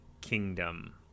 Kingdom